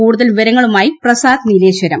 കൂടൂതൽ വിവരങ്ങളൂമായി പ്രസാദ് നീലേശ്വരം